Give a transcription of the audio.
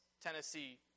Tennessee